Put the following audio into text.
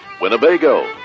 Winnebago